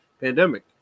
pandemic